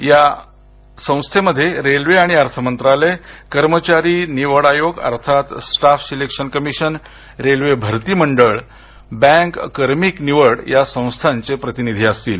या संस्थेमध्ये रेल्वे आणि अर्थ मंत्रालय कर्मचारी निवड आयोग अर्थात स्टाफ सिलेक्शन कमिशन रेल्वे भरती मंडळ आणि बँक कार्मिक निवड संस्थेचे प्रतिनिधी असतील